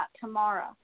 tomorrow